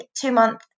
two-month